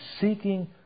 seeking